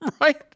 right